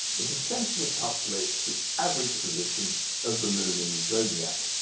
it essentially calculates the average position of the moon in the zodiac.